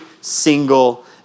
single